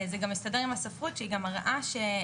זה גם מסתדר עם הספרות שהיא גם מראה שאוריינות